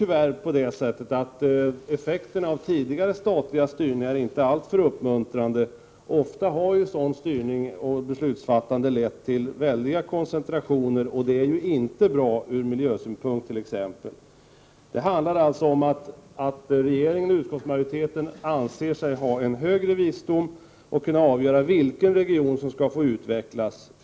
Tyvärr är inte effekterna av tidigare statliga styrningar alltför uppmuntrande. Sådan styrning och sådant beslutsfattande har ofta lett till väldiga koncentrationer, och det är inte bra ur miljösynpunkt t.ex. Det handlar alltså om att regeringen och utskottsmajoriteten anser sig ha en högre visdom att kunna avgöra vilken region som skall få utvecklas.